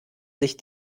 sich